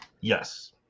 Yes